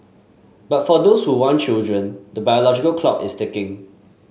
but for those who want children the biological clock is ticking